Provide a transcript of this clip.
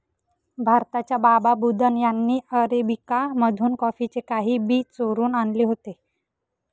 भारताच्या बाबा बुदन यांनी अरेबिका मधून कॉफीचे काही बी चोरून आणले होते